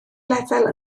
lefel